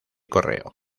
correo